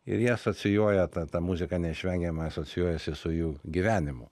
ir jie asocijuoja ta ta muzika neišvengiamai asocijuojasi su jų gyvenimu